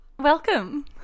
Welcome